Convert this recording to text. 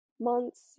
months